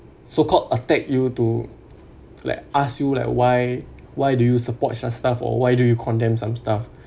so called attack you to like ask you like why why do you support such stuff or why do you condemn some stuff